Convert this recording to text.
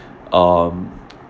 um